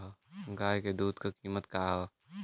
गाय क दूध क कीमत का हैं?